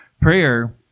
Prayer